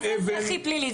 מה זה אזרחי פלילי,